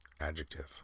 adjective